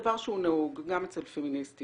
דבר שהוא נהוג, גם אצל פמיניסטיות,